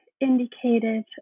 indicated